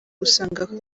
usanga